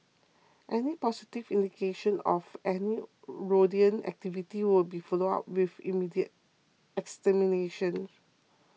any positive indication of any rodent activity will be followed up with immediate extermination